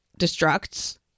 Destructs